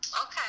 Okay